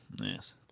Yes